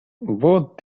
what